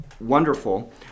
wonderful